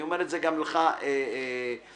ואני אומר את זה גם לדן אילוז,